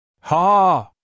Ha